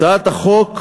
הצעת החוק,